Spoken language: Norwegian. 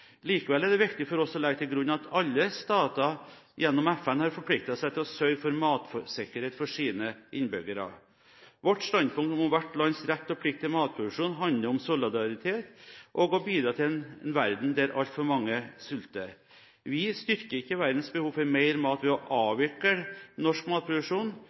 Likevel er det viktig for oss å legge til grunn at alle stater gjennom FN har forpliktet seg til å sørge for matsikkerhet for sine innbyggere. Vårt standpunkt om hvert lands rett og plikt til matproduksjon handler om solidaritet og å bidra til en verden der altfor mange sulter. Vi styrker ikke verdens behov for mer mat ved å avvikle norsk matproduksjon.